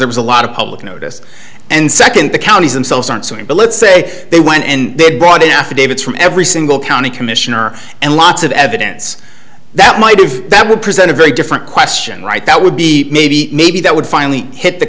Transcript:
there was a lot of public notice and second the counties themselves aren't suing but let's say they went and they brought in affidavits from every single county commissioner and lots of evidence that might have that would present a very different question right that would be maybe maybe that would finally hit the